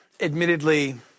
Admittedly